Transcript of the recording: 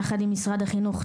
יחד עם משרד החינוך,